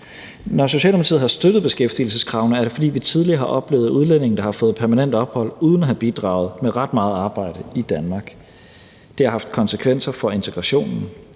Når Socialdemokratiet har støttet beskæftigelseskravene, er det, fordi vi tidligere har oplevet udlændinge, der har fået permanent ophold uden at have bidraget med ret meget arbejde i Danmark. Det har haft konsekvenser for integrationen,